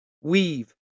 weave